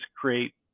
create